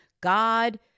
God